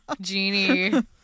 Genie